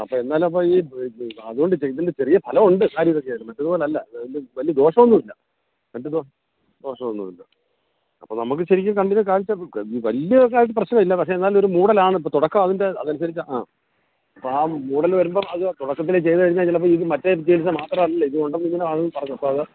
അപ്പം എന്നാലും അപ്പം ഈ അതുകൊണ്ട് ഇതിൻ്റെ ചെറിയ ഫലം ഉണ്ട് മറ്റേത് പോലെ അല്ല വലിയ വലിയ ദോഷം ഒന്നും ഇല്ല മറ്റേതോ ദോഷം ഒന്നും ഇല്ല അപ്പം നമുക്ക് ശരിക്കും കണ്ണിന് കാഴ്ച വലിയ ഇതായിട്ട് പ്രശ്നം ഇല്ല പക്ഷെ എന്നാലും ഒരു മൂടലാണ് ഇപ്പം തുടക്കം അതിൻ്റെ അത് അനുസരിച്ചാണ് ആ അപ്പം ആ മൂടൽ വരുമ്പം അത് തുടക്കത്തിലേ ചെയ്ത് കഴിഞ്ഞാൽ ചിലപ്പം ഇത് മറ്റേ ചികിത്സ മാത്രം അല്ല ഇതും ഉണ്ടെന്ന് ഇങ്ങനെ ആളുകൾ പറഞ്ഞ് അപ്പം അത്